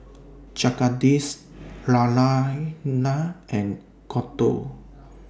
Jagadish Naraina and Gouthu